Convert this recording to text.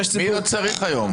מי לא צריך היום?